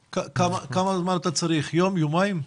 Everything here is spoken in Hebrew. כמה זמן אתה צריך, יום-יומיים?